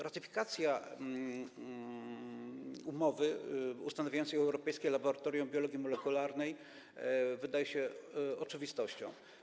Ratyfikacja Umowy ustanawiającej Europejskie Laboratorium Biologii Molekularnej wydaje się oczywistością.